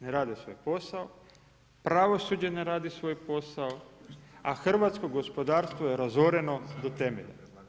Ne rade svoj posao, pravosuđe ne radi svoj posao, a hrvatsko gospodarstvo je razoreno do temelja.